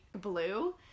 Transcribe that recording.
blue